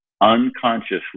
unconsciously